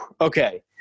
Okay